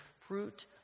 fruit